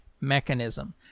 mechanism